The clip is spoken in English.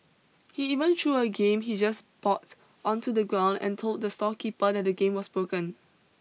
he even threw a game he just bought onto the ground and told the storekeeper that the game was broken